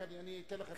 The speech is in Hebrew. אתן לך.